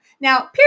Now